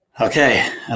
okay